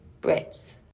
Brits